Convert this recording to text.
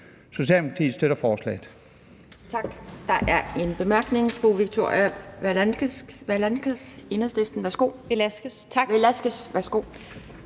Socialdemokratiet støtter forslaget.